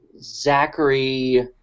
Zachary